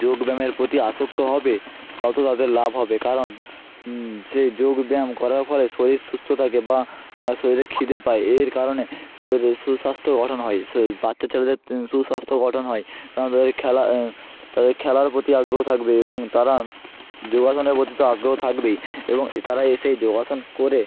যোগব্যায়ামের প্রতি আসক্ত হবে তত তাদের লাভ হবে কারণ সে যোগব্যায়াম করার ফলে শরীর সুস্থ থাকে বা শরীরে খিদে পায় এর কারণে শরীরে সুস্বাস্থ্য গঠন হয় বাচ্চা ছেলেদের সুস্বাস্থ্য গঠন হয় কারণ তাদের খেলা তাদের খেলার প্রতি আগ্রহ থাকবে এবং তারা যোগাসনের প্রতি তো আগ্রহ থাকবেই এবং এ তারা এসে যোগাসন করে